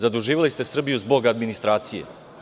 Zaduživali ste Srbiju zbog administracije.